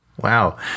Wow